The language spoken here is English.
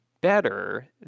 better